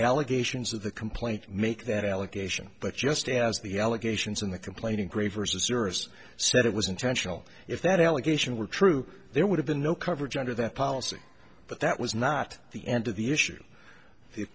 allegations of the complaint make that allegation but just as the allegations in the complaining gray vs service said it was intentional if that allegation were true there would have been no coverage under that policy but that was not the end of the issue the